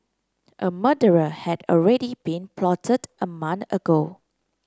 a murderer had already been plotted a month ago